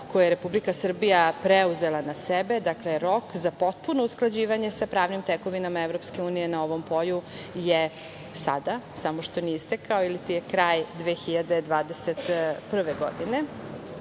koji je Republika Srbija preuzela na sebe, dakle rok za potpuno usklađivanje sa pravnim tekovinama EU na ovom polju je sada samo što nije istekao iliti je kraj 2021. godine. Mora